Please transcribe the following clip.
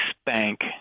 spank